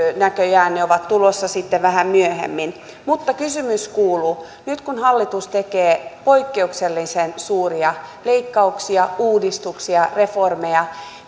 näköjään ne ovat tulossa vähän myöhemmin mutta kysymys kuuluu nyt kun hallitus tekee poikkeuksellisen suuria leikkauksia uudistuksia reformeja